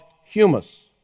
humus